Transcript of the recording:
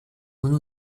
unu